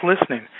listening